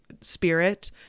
spirit